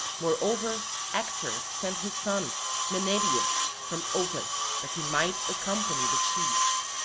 moreover actor sent his son menoetius from opus that he might accompany the chiefs.